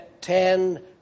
ten